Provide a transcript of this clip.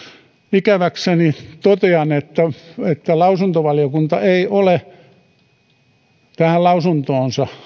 ikäväkseni totean että lausuntovaliokunta ei ole lausuntoonsa